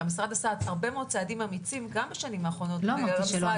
המשרד עשה הרבה מאוד צעדים אמיצים בשנים האחרונות --- לא אמרתי שלא,